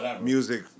music